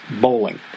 bowling